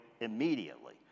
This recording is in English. immediately